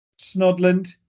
Snodland